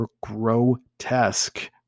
grotesque